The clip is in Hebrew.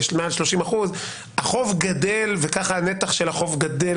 למעל 30%. החוב גדל וככה הנתח של החוב גדל